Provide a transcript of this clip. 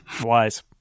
Wise